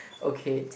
okay